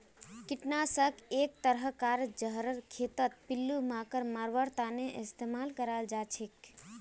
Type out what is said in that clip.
कृंतक नाशक एक तरह कार जहर खेतत पिल्लू मांकड़ मरवार तने इस्तेमाल कराल जाछेक